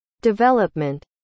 development